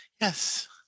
yes